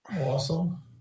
awesome